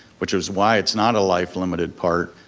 which is why it's not a life limited part,